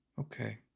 Okay